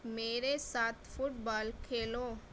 میرے ساتھ football کھیلو